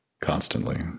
constantly